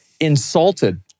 insulted